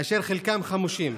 חלקם חמושים.